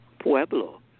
Pueblo